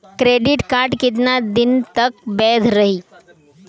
Credit card कितना दिन तक वैध रही?